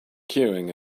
queuing